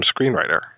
screenwriter